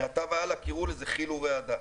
מעתה והלאה קיראו לזה כי"ל ורעדה.